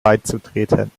beizutreten